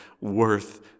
worth